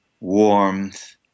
warmth